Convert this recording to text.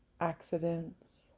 accidents